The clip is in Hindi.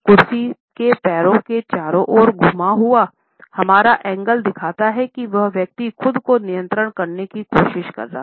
कुर्सी के पैरों के चारों ओर झुका हुआ हमारा एंकल दिखाता है कि वह व्यक्ति खुद को नियंत्रित करने की कोशिश कर रहा है